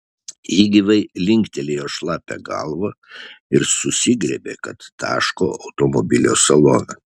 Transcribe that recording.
ji gyvai linktelėjo šlapią galvą ir susigriebė kad taško automobilio saloną